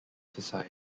society